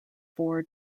four